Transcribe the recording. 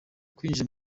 kwinjira